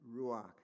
ruach